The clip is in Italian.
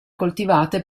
coltivate